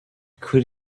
could